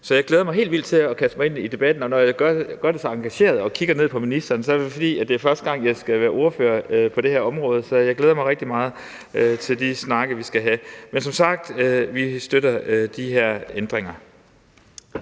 Så jeg glæder mig helt vildt til at kaste mig ind i debatten, og når jeg gør det så engageret og kigger ned på ministeren, er det, fordi det er første gang, jeg skal være ordfører på det her område, så jeg glæder mig rigtig meget til de snakke, vi skal have. Men som sagt: Vi støtter de her ændringer.